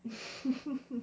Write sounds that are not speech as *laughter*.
*laughs*